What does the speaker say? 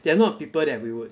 they are not people that we would